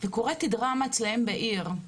זה קורה כדרמה אצלם בעיר.